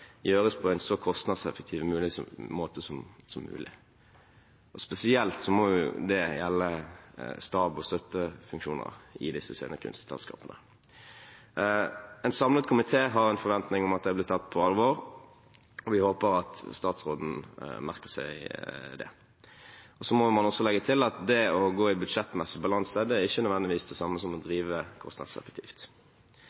gjøres på en så kostnadseffektiv måte som mulig. Spesielt må det gjelde stabs- og støttefunksjoner i disse scenekunstselskapene. En samlet komité har en forventning om at det blir tatt på alvor, og vi håper at statsråden merker seg det. Man må også legge til at det å gå i budsjettmessig balanse ikke nødvendigvis er det samme som å